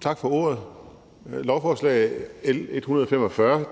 Tak for ordet. Lovforslag L 145